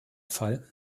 fall